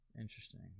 Interesting